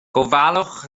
gofalwch